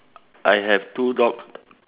I have two dog